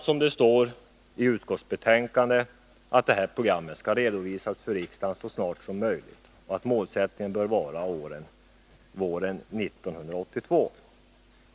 Som det står i utskottsbetänkandet skall det här arbetet redovisas för riksdagen så snart som möjligt. Målsättningen bör vara våren 1982.